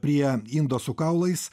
prie indo su kaulais